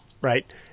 right